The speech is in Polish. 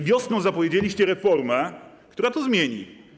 Wiosną zapowiedzieliście reformę, która to zmieni.